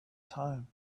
time